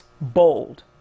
Bold